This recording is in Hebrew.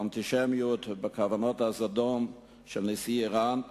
באנטישמיות ובכוונות הזדון של נשיא אירן,